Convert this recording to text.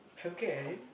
healthcare as in